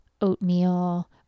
oatmeal